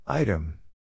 Item